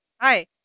Hi